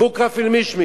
"בוקרה פיל מישמיש",